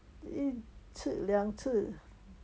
一次两次